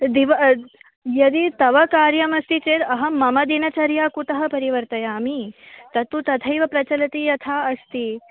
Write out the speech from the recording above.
दिवा अद् यदि तव कार्यमस्ति चेत् अहं मम दिनचर्यां कुतः परिवर्तयामि तत्तु तथैव प्रचलति यथा अस्ति